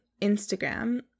Instagram